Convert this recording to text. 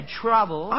trouble